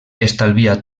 estalvia